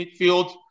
midfield